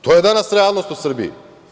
To je danas realnost u Srbiji.